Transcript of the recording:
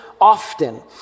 often